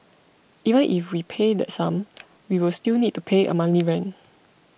even if we pay that sum we will still need to pay a monthly rent